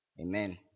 Amen